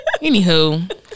anywho